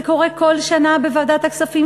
זה קורה כל שנה בוועדת הכספים,